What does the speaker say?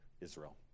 Israel